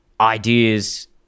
ideas